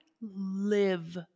live